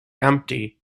empty